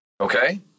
okay